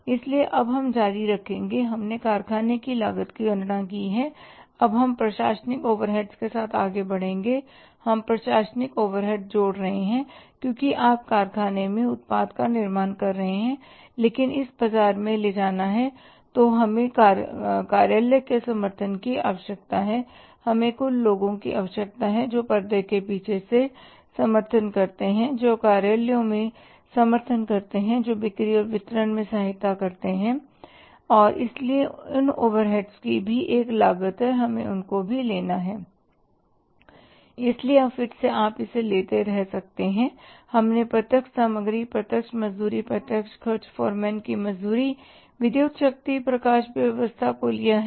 इसलिए अब हम जारी रखेंगे हमने कारखाने की लागत की गणना की है अब हम प्रशासनिक ओवरहेड्स के साथ आगे बढ़ेंगे हम प्रशासनिक ओवरहेड जोड़ रहे हैं क्योंकि आप कारखाने में उत्पाद का निर्माण कर सकते हैं लेकिन इसे बाजार में ले जाना है तो हमें कार्यालय के समर्थन की आवश्यकता है हमें कई लोगों की आवश्यकता है जो पर्दे के पीछे से समर्थन करते हैं जो कार्यालय में समर्थन करते हैं जो बिक्री और वितरण में सहायता करते हैं इसलिए उन ओवरहेड्स की भी एक लागत है हमें उनको भी लेना है इसलिए अब फिर से आप इसे लेते रह सकते हैं हमने प्रत्यक्ष सामग्री प्रत्यक्ष मजदूरी प्रत्यक्ष खर्च फोरमैन की मजदूरी विद्युत शक्ति प्रकाश व्यवस्था को लिया है